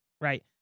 right